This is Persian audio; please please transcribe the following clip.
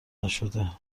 نشده